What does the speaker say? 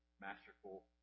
masterful